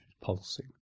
pulsing